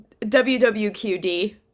WWQD